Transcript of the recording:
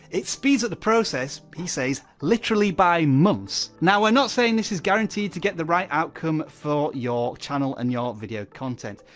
it speeds up the process he says literally by months. now we're not saying this is guaranteed to get the right outcome for your channel and you ah video content,